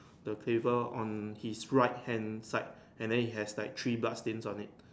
the table on his right hand side and then he has like three blood stains on it